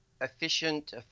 efficient